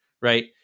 Right